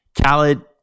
Khaled